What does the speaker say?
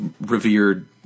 revered